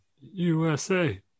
USA